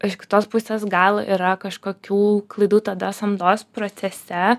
iš kitos pusės gal yra kažkokių klaidų tada samdos procese